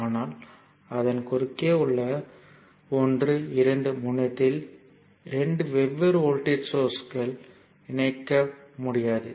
ஆனால் அதன் குறுக்கே உள்ள 1 2 முனையத்தில் 2 வெவ்வேறு வோல்டேஜ் சோர்ஸ் ஐ இணைக்க முடியாது